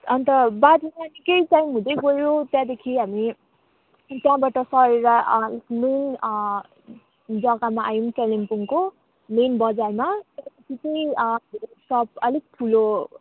अन्त बादमा निकै स्ट्रङ हुँदै गयो त्याँदेखि हामी त्यहाँबाट सरेर जग्गामा आयौँ कालिम्पोङको मेन बजारमा त्यहाँपछि चाहिँ मेरो सप अलिक ठुलो